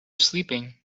sleeping